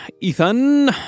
Ethan